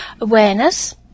awareness